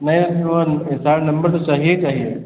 नहीं one S R number तो चाहिए ही चाहिए